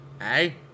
Hey